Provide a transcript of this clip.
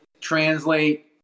translate